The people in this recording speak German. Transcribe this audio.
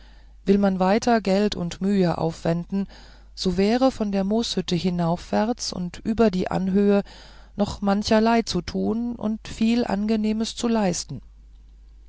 will man weiter geld und mühe aufwenden so wäre von der mooshütte hinaufwärts und über die anhöhe noch mancherlei zu tun und viel angenehmes zu leisten